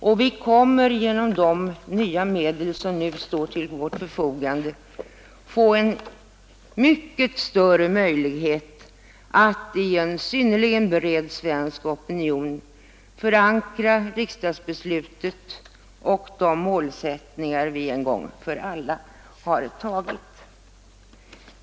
Och genom de nya medel som nu står till vårt förfogande får vi mycket större möjligheter att hos en synnerligen bred opinion förankra riksdagsbeslutet och de målsättningar som vi en gång för alla har uppställt.